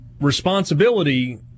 responsibility